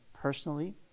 personally